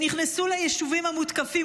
הם נכנסו ליישובים המותקפים,